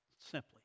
Simply